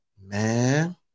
Man